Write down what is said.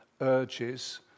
urges